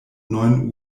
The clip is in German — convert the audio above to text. neun